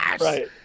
Right